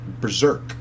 Berserk